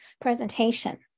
presentation